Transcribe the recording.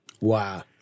Wow